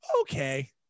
okay